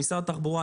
למשרד התחבורה,